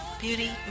beauty